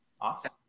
Awesome